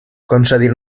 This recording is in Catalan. concedir